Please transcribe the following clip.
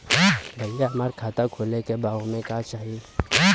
भईया हमार खाता खोले के बा ओमे का चाही?